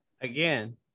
again